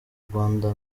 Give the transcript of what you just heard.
rwanda